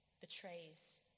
betrays